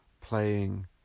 playing